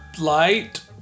Light